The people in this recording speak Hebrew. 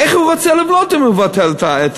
איך הוא רוצה לבנות אם הוא מבטל את המענקים?